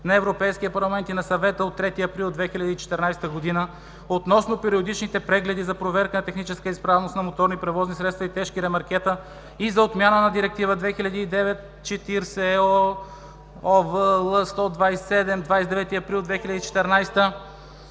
на Европейския парламент и на Съвета от 3 април 2014 г., относно периодичните прегледи за проверка на техническа изправност на моторни превозни средства и тежки ремаркета и за отмяна на Директива 2009/40/ЕО (ОВ L 127, 29 април 2014 г.)